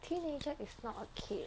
teenager is not a kid